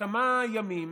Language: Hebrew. כמה ימים